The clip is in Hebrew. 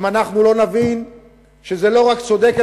אם אנחנו לא נבין שזה לא רק צודק,